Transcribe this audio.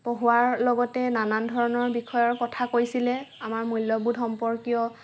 পঢ়ুৱাৰ লগতে নানান ধৰণৰ বিষয়ৰ কথা কৈছিলে আমাৰ মূল্যবোধ সম্পৰ্কীয়